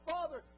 Father